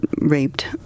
raped